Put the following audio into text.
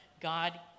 God